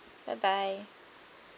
bye bye